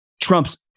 trumps